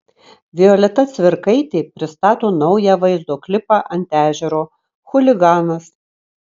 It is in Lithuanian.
violeta cvirkaitė pristato naują vaizdo klipą ant ežero chuliganas